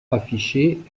affichée